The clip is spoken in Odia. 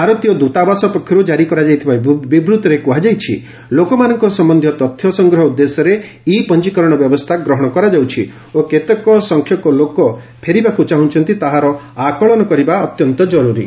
ଭାତରୀୟ ଦୂତାବାସ ପକ୍ଷରୁ ଜାରି କରାଯାଇଥିବା ବିବୂତ୍ତିରେ କୁହାଯାଇଛି ଲୋକମାନଙ୍କ ସମ୍ବନ୍ଧୀୟ ତଥ୍ୟ ସଂଗ୍ରହ ଉଦ୍ଦେଶ୍ୟରେ ଇ ପଞ୍ଜିକରଣ ବ୍ୟବସ୍ଥା ଗ୍ରହଣ କରାଯାଉଛି ଓ କେତେସଂଖ୍ୟକ ଲୋକ ଫେରିବାକୁ ଚାହୁଁଛନ୍ତି ତାହାର ଆକଳନ କରିବା ଅତ୍ୟନ୍ତ ଜରୁରୀ